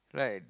right